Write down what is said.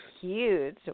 huge